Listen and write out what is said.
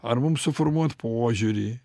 ar mum suformuot požiūrį